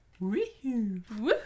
Woohoo